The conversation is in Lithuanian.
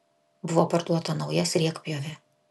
buvo parduota nauja sriegpjovė